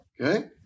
Okay